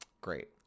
Great